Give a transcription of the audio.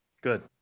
Good